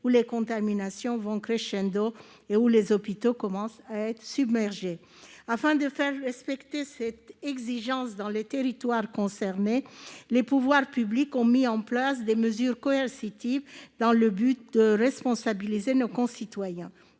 où les contaminations vont et où les hôpitaux commencent à être submergés. Afin de faire respecter cette exigence dans les territoires concernés, les pouvoirs publics ont mis en place des mesures coercitives afin de responsabiliser nos concitoyens.